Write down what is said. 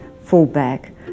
fullback